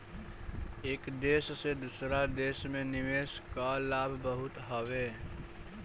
एक देस से दूसरा देस में निवेश कअ लाभ बहुते हवे